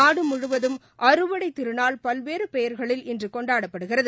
நாடுமுழுவதும் அறுவடைத் திருநாள் பல்வேறுபெயர்களில் இன்றுகொண்டாடப்படுகிறது